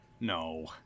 No